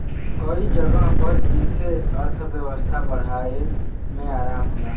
कई जगह पर ई से अर्थव्यवस्था बढ़ाए मे आराम होला